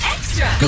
Extra